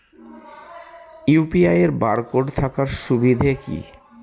UPI এর barcode থাকার সুবিধে কি?